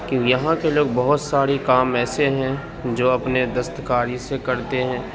کہ یہاں کے لوگ بہت سارے کام ایسے ہیں جو اپنے دست کاری سے کرتے ہیں